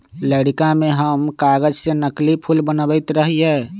लइरका में हम कागज से नकली फूल बनबैत रहियइ